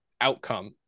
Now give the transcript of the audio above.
outcome